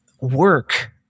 work